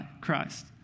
Christ